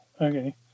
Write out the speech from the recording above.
Okay